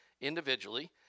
individually